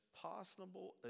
possible